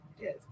Yes